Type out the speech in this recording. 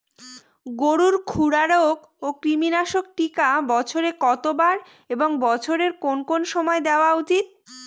গরুর খুরা রোগ ও কৃমিনাশক টিকা বছরে কতবার এবং বছরের কোন কোন সময় দেওয়া উচিৎ?